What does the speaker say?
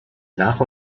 nach